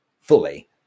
fully